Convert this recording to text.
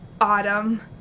Autumn